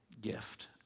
gift